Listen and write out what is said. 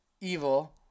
Evil